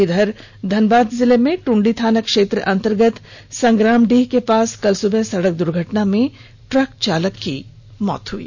जबकि धनबाद जिले में टुंडी थाना अंतर्गत संग्रामडीह के पास कल सुबह सड़क दुर्घटना में ट्रक चालक की मौत हो गई